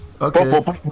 okay